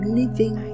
living